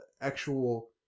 actual